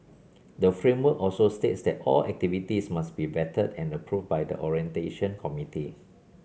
the framework also states that all activities must be vetted and approved by the orientation committee